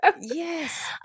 Yes